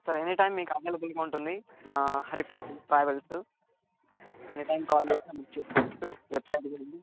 sir any time మీకు అవైలబుల్గా ఉంటుంది మా Hari Prasad travels any time call చేసి బుక్ చేసుకోచ్చు వెబ్సైట్ కూడా ఉంది